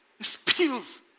spills